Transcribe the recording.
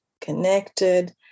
connected